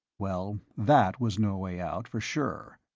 well, that was no way out, for sure!